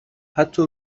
حتی